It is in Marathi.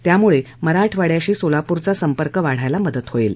त्यामुळे मराठवाड्याशी सोलापूरचा संपर्क वाढायला मदत होणार आहे